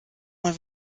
mal